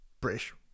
british